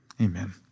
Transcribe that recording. Amen